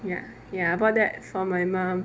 ya ya I bought that for my mum